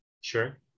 sure